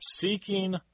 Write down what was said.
seeking